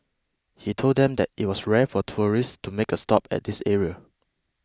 he told them that it was rare for tourists to make a stop at this area